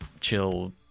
chill